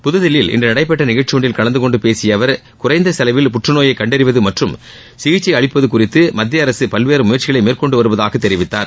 புத்தில்லியில் இன்று நடைபெற்ற நிகழ்ச்சி ஒன்றில் கலந்து கொண்டு பேசிய அவர் குறைந்த செலவில் புற்றுநோயைக் கண்டறிவது மற்றும் சிகிச்சை அளிப்பது குறித்து மத்திய அரசு பல்வேறு முயற்சிகளை மேற்கொண்டு வருவதாகத் தெரிவித்தார்